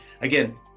again